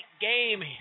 game